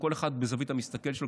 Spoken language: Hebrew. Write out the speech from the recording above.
כל אחד בזווית המסתכל שלו,